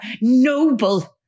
noble